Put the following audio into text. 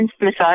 massage